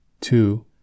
Two